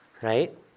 Right